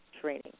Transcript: training